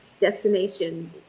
destination